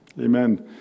Amen